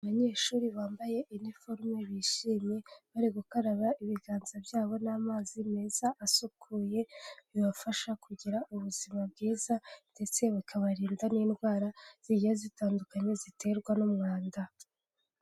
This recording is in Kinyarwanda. Abanyeshuri bambaye iniforume bishimye bari gukaraba ibiganza byabo n'amazi meza asukuye bibafasha kugira ubuzima bwiza ndetse bikabarinda n'indwara zijya zitandukanye ziterwa n'umwanda.